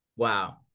Wow